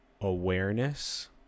awareness